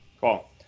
Cool